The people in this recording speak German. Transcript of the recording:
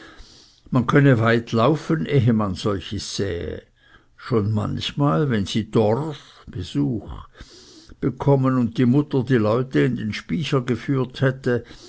man könne weit laufen ehe man solches sähe schon manchmal wenn sie dorf bekommen und die mutter die leute in den spycher geführt hätte